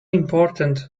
important